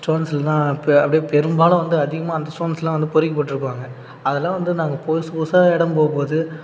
ஸ்டோன்ஸில் தான் பெ அப்படியே பெரும்பாலும் வந்து அதிகமாக அந்த ஸ்டோன்ஸெலாம் வந்து பொறுக்கி போட்டிருப்பாங்க அதெல்லாம் வந்து நாங்கள் புதுசு புதுசாக இடம் போகும்போது